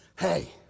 Hey